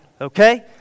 Okay